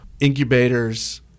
incubators